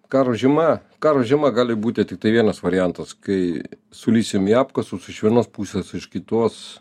karo žiema karo žiema gali būti tiktai vienas variantas kai sulįsim į apkasus iš vienos pusės iš kitos